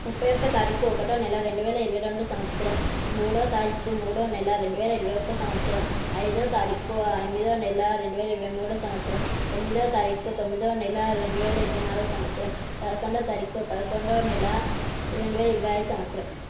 ముప్పై ఒక్క తారీకు ఒకటో నెల రెండు వేల ఇరవై రెండు సంవత్సరం మూడో తారీకు మూడో నెల రెండు వేల ఇరవై ఒక్క సంవత్సరం ఐదో తారీకు ఎనిమిదో నెల రెండు వేల ఇరవై మూడు సంవత్సరం ఎనిమిదో తారీకు తొమ్మిదో నెల రెండు వేల ఇరవై నాలుగు సంవత్సరం పదకొండో తారీకు పదకొండో నెల రెండు వేల ఇరవై ఐదు సంవత్సరం